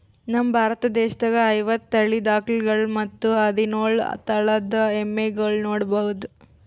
ನಮ್ ಭಾರತ ದೇಶದಾಗ್ ಐವತ್ತ್ ತಳಿದ್ ಆಕಳ್ಗೊಳ್ ಮತ್ತ್ ಹದಿನೋಳ್ ತಳಿದ್ ಎಮ್ಮಿಗೊಳ್ ನೋಡಬಹುದ್